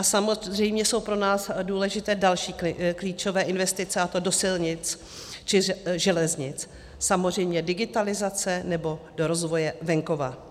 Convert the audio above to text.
Samozřejmě jsou pro nás důležité další klíčové investice, a to do silnic či železnic, samozřejmě digitalizace nebo do rozvoje venkova.